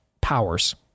powers